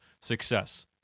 success